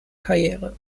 karriere